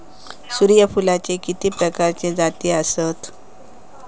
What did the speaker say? सूर्यफूलाचे किती प्रकारचे जाती आसत?